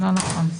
לא נכון.